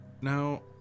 Now